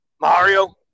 Mario